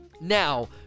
Now